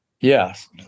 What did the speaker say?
Yes